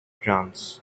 trance